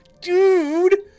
dude